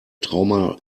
trauma